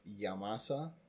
Yamasa